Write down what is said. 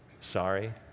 sorry